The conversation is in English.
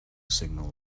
signal